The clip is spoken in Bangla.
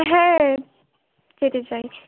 হ্যাঁ যেতে চাই